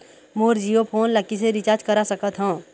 मोर Jio phone ला किसे recharge करा सकत हवं?